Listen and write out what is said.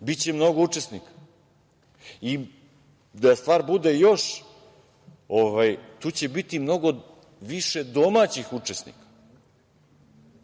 biće mnogo učesnika. Da stvar bude još, tu će biti mnogo više domaćih učesnika,